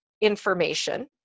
information